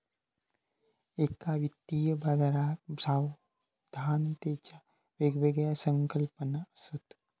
एका वित्तीय बाजाराक सावधानतेच्या वेगवेगळ्या संकल्पना असत